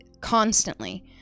constantly